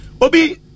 obi